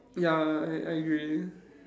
ya I I agree